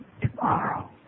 tomorrow